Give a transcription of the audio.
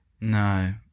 no